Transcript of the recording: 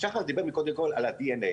שחר דיבר קודם כל על הדנ"א.